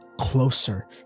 closer